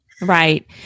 right